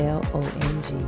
l-o-n-g